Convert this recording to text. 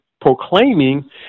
proclaiming